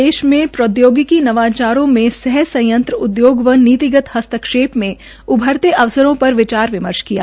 नीति आयोग ने आज देश में प्रौद्योगिकी नवाचारों में सह संयंत्र उद्योग व नीतिगत हस्ताक्षेत्र में उभरते अवसरों पर विचार विमर्श किय